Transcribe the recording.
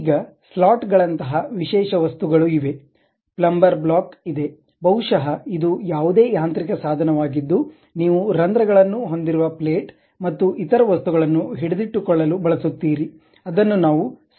ಈಗ ಸ್ಲಾಟ್ ಗಳಂತಹ ವಿಶೇಷ ವಸ್ತುಗಳು ಇವೆ ಪ್ಲಂಬರ್ ಬ್ಲಾಕ್ ಇದೆ ಬಹುಶಃ ಇದು ಯಾವುದೇ ಯಾಂತ್ರಿಕ ಸಾಧನವಾಗಿದ್ದು ನೀವು ರಂಧ್ರಗಳನ್ನು ಹೊಂದಿರುವ ಪ್ಲೇಟ್ ಮತ್ತು ಇತರ ವಸ್ತುಗಳನ್ನು ಹಿಡಿದಿಟ್ಟುಕೊಳ್ಳಲು ಬಳಸುತ್ತೀರಿ ಅದನ್ನು ನಾವು ಸ್ಲಾಟ್ಗಳು ಎಂದು ಕರೆಯುತ್ತೇವೆ